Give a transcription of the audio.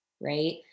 right